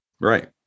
Right